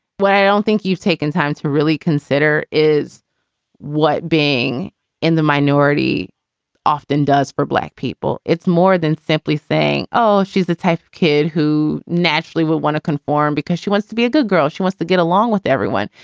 well, i don't think you've taken time to really consider is what being in the minority often does for black people. it's more than simply saying, oh, she's the type of kid who naturally would want to conform because she wants to be a good girl. she wants to get along with everyone.